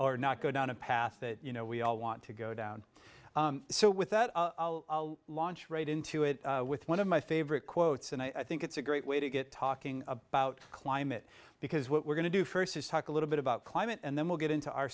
or not go down a path that you know we all want to go down so with that launch right into it with one of my favorite quotes and i think it's a great way to get talking about climate because what we're going to do first is talk a little bit about climate and then we'll get into our